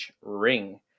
ring